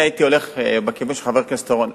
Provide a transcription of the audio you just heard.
אני הייתי הולך בכיוון של חבר הכנסת אורון,